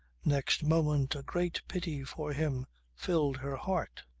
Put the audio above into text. next moment a great pity for him filled her heart.